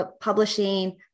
publishing